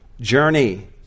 journey